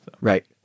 Right